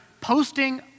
posting